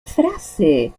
frase